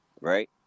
right